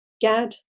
GAD